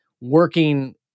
working